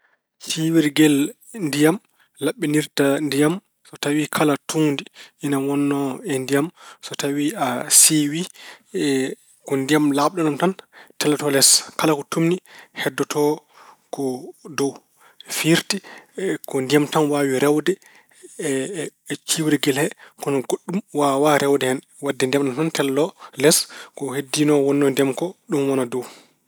Ciiwirgel ndiyam laaɓinirta ndiyam so tawi kala tuundi ina wonnoo e ndiyam so tawi a siwii, ko ndiyam laaɓɗam ɗam tan telloto les. Kala ko tuumni heddotoo ko dow. Firti ko ndiyam tan waawi rewde e ciiwirgel he kono goɗɗum waawaa rewde hen. Waɗde ndiyam ɗam tan telloo les ko heddino, wonnoo e nder ndiyam ko ɗum wona dow.